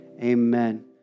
Amen